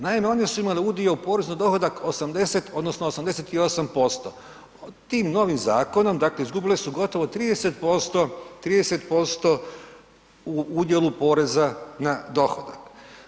Naime, oni su imali udio u porezu na dohodak 80 odnosno 88%, tim novim zakonom, dakle izgubile su gotovo 30%, 30% u udjelu poreza na dohodak.